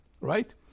Right